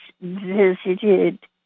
visited